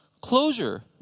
closure